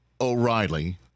O'Reilly